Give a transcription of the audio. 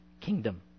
kingdom